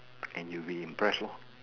and you'll be impressed lor